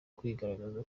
kwigaragaza